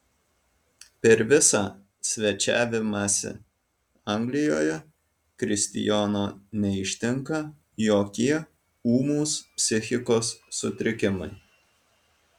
per visą svečiavimąsi anglijoje kristijono neištinka jokie ūmūs psichikos sutrikimai